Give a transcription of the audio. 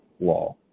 law